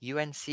unc